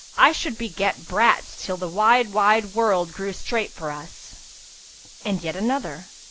i should beget brats till the wide wide world grew strait for us and yet another,